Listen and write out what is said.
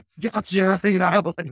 gotcha